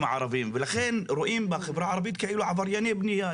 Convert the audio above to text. הערבים ולכן רואים בחברה הערבית כאילו עברייני בניה.